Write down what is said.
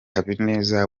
habineza